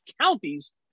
counties